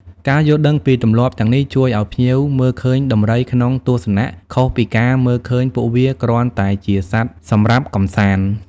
ការយល់ដឹងពីទម្លាប់ទាំងនេះជួយឲ្យភ្ញៀវមើលឃើញដំរីក្នុងទស្សនៈខុសពីការមើលឃើញពួកវាគ្រាន់តែជាសត្វសម្រាប់កម្សាន្ត។